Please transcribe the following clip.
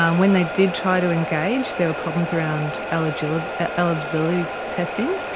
um when they did try to engage there were problems around eligibility ah eligibility testing,